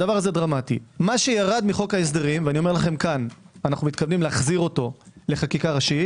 מה שירד מחוק ההסדרים ואנו מתכוונים להחזירו לחקיקה ראשית